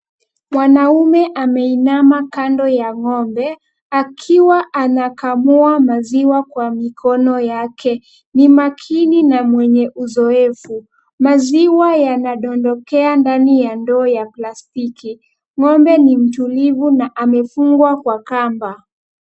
Mwanaume ameinama kando ya ng'ombe akiwa anakamua maziwa kwa mikono yake. Ni makini na mwennye uzoefu. Maziwa yanadondokea ndani ya ndoo ya plastiki. Ng'ombe ni mtulivu na amefungwa kwa kamba.